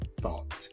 Thought